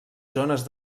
zones